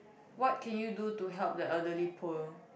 what can you do to help the elderly poor